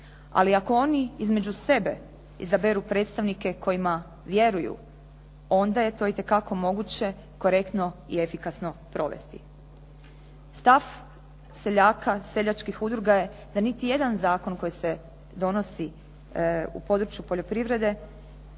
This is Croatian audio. Ali ako oni između sebe izaberu predstavnike kojima vjeruju onda je to itekako moguće korektno i efikasno provesti. Stav seljaka, seljačkih udruga je da niti jedan zakon koji se donosi u području poljoprivrede